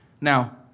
Now